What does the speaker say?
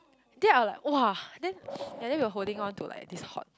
then I will like !wah! then and then we were holding on to like this hot